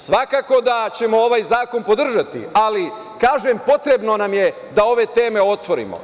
Svakako da ćemo ovaj zakon podržati, ali kažem, potrebno nam je da ove teme otvorimo.